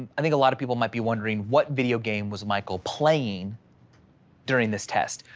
i think a lot of people might be wondering what video game was michael playing during this test?